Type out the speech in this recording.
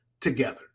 together